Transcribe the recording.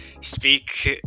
speak